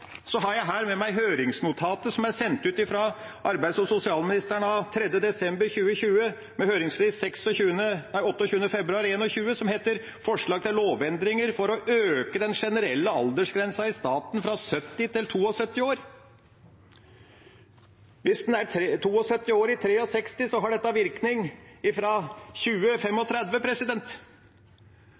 som er sendt ut fra arbeids- og sosialministeren, med høringsfrist 28. februar 2021, som heter «Forslag til lovendringer for å øke den generelle aldersgrensen i staten fra 70 til 72 år». Hvis en er 72 år og født i 1963, har dette virkning